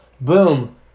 Boom